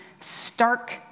stark